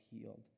healed